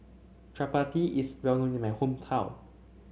Chappati is well known in my hometown